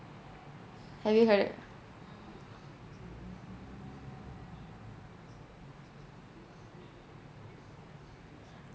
have you heard